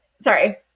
sorry